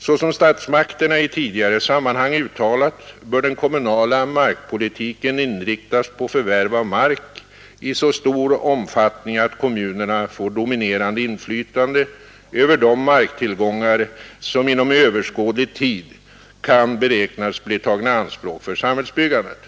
Såsom statsmakterna i tidigare sammanhang uttalat bör den kommunala markpolitiken inriktas på förvärv av mark i så stor omfattning att kommunerna får dominerande inflytande över de mark tillgångar som inom överskådlig tid kan beräknas bli tagna i anspråk för Nr 143 samhällsbyggandet.